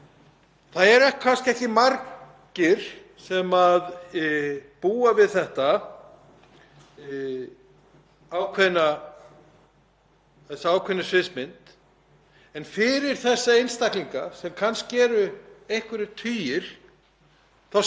þessa ákveðnu sviðsmynd. En fyrir þessa einstaklinga sem kannski eru einhverjir tugir þá skiptir þetta bara mjög miklu máli. Þetta eru oftast einstæðir foreldrar í flestum tilvikum, einstæðar mæður